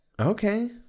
Okay